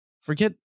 Forget